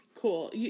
Cool